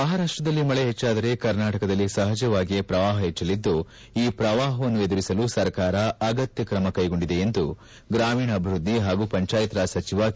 ಮಹಾರಾಷ್ಟದಲ್ಲಿ ಮಳೆ ಹೆಚ್ಚಾದರೆ ಕರ್ನಾಟಕದಲ್ಲಿ ಸಹಜವಾಗಿಯೇ ಪ್ರವಾಹ ಹೆಚ್ಚಲಿದ್ದು ಈ ಪ್ರವಾಹವನ್ನು ಎದುರಿಸಲು ಸರ್ಕಾರ ಅಗತ್ಯ ತ್ರಮ ಕೈಗೊಂಡಿದೆ ಎಂದು ಗ್ರಾಮೀಣಾಭಿವೃದ್ಧಿ ಹಾಗೂ ಪಂಚಾಯತ್ ರಾಜ್ ಸಚಿವ ಕೆ